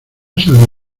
salida